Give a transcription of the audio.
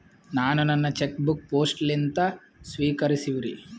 ನಾನು ನನ್ನ cheque book post ಲಿಂದ ಸ್ವೀಕರಿಸಿವ್ರಿ